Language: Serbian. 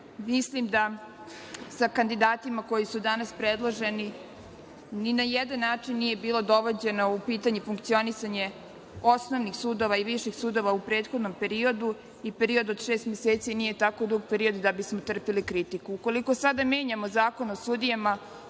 ne. Mislim da sa kandidatima koji su danas predloženi ni na jedan način nije bilo dovođenje u pitanje funkcionisanje osnovnih i viših sudova u prethodnom periodu i period od šest meseci nije tako dug period da bismo trpeli kritiku. Ukoliko sada menjamo Zakon o sudijama